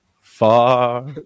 far